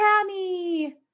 Tammy